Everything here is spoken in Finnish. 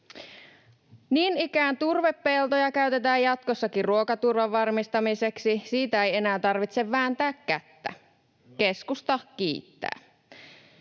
Niin ikään turvepeltoja käytetään jatkossakin ruokaturvan varmistamiseksi. Siitä ei enää tarvitse vääntää kättä. Keskusta kiittää.